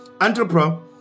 entrepreneur